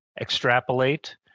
extrapolate